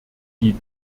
die